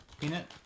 Peanut